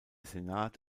senat